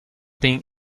being